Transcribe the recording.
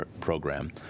program